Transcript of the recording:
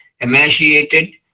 emaciated